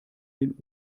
den